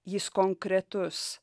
jis konkretus